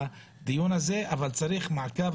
הדיון הזה מאוד חשוב אבל צריך מעקב,